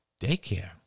daycare